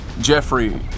Jeffrey